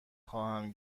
خواهم